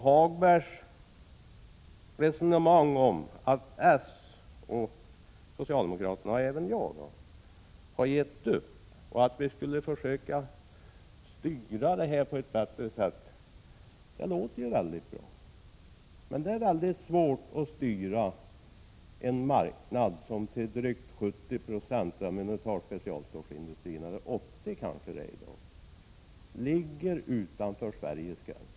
Hagberg säger att jag och övriga socialdemokrater har gett upp. Hans resonemang att vi på ett bättre sätt borde försöka styra utvecklingen låter mycket bra. Men det är mycket svårt att styra en marknad — om man som exempel tar specialstålsindustrin — som till drygt 70 96, eller i dag kanske 80 90, ligger utanför Sveriges gränser.